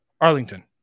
Arlington